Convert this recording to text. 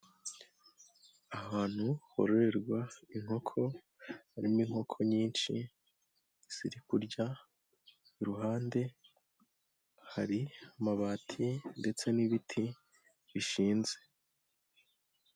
Ahantu hororerwa inkoko harimo inkoko nyinshi ziri kurya, iruhande hari amabati ndetse n'ibiti bishinze.